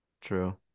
true